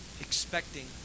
expecting